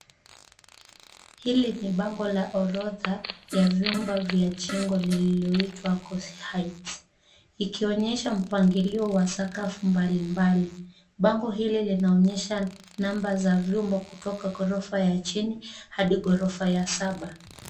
Hili ni bango la orodha ya vyumba vya jengo lililoitwa, kose heights, ikionyesha mpangilio wa sakafu mbalimbali. Bango hili linaonyesha namba ya vyumba kutoka ghorofa ya chini hadi ghorofa ya saba.